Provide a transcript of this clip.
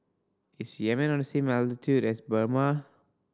is Yemen on the same latitude as Burma